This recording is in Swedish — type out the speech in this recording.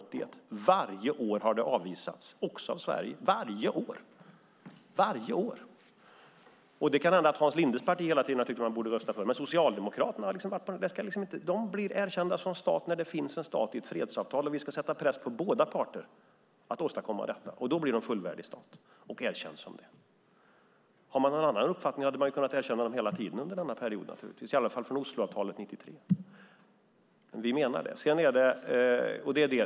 Varje år har det avvisats, också av Sverige. Det kan hända att Hans Lindes parti hela tiden har tyckt att man borde rösta för, men Socialdemokraterna har inte tyckt det. Palestina blir erkänd som stat när det finns en stat i ett fredsavtal, och vi ska sätta press på båda parter att åstadkomma detta. Då blir Palestina en fullvärdig stat och erkänd som det. Har man någon annan uppfattning hade man naturligtvis kunnat erkänna Palestina hela tiden under denna period, i alla fall sedan Osloavtalet 1993. Vi menar detta.